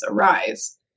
arise